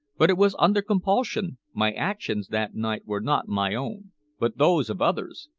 but it was under compulsion my actions that night were not my own but those of others.